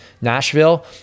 Nashville